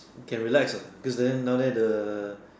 can relax what cause then now that the